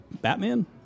Batman